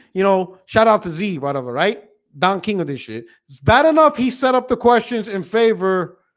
you know shoutout to z whatever write down king of this shit. it's bad enough. he set up the questions in favor